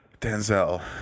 Denzel